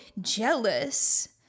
jealous